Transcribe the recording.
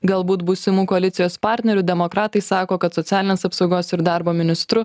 galbūt būsimų koalicijos partnerių demokratai sako kad socialinės apsaugos ir darbo ministru